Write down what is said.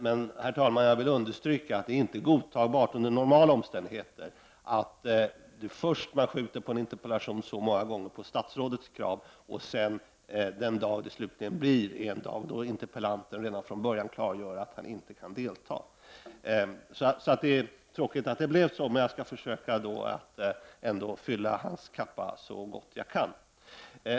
Men jag vill understryka, herr talman, att det inte är godtagbart att man under normala omständigheter först på statsrådets begäran uppskjuter besvarandet av en interpellation och sedan bestämmer en dag för avlämnande av svar då interpellanten redan från början klargör att han inte kan delta i debatten. Det är tråkigt att det blir på det här sättet, men jag skall försöka fylla hans kappa så gott jag kan.